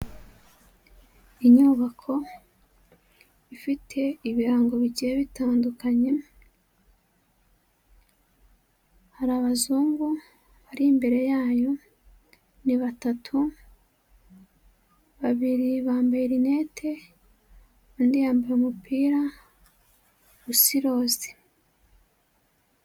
Inyubako ifite ibirango bigiye bitandukanye, hari abazungu bari imbere yayo ni batatu, babiri bambaye rinete undi yambaye umupira usa iroza.